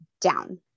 down